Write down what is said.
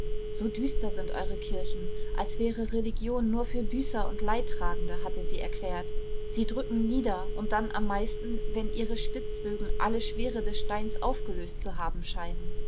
so düster sind eure kirchen als wäre religion nur für büßer und leidtragende hatte sie erklärt sie drücken nieder und dann am meisten wenn ihre spitzbögen alle schwere des steins aufgelöst zu haben scheinen